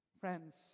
Friends